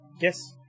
yes